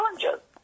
challenges